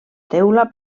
teula